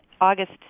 August